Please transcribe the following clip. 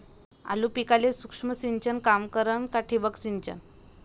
आलू पिकाले सूक्ष्म सिंचन काम करन का ठिबक सिंचन?